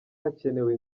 hakenewe